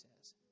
says